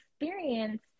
experience